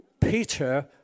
Peter